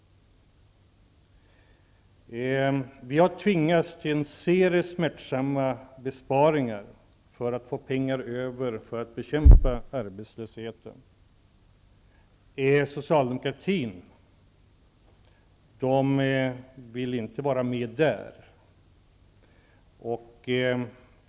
Vi har tvingats till en serie smärtsamma besparingar för att få pengar över för att bekämpa arbetslösheten. Socialdemokraterna vill inte vara med där.